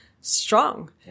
strong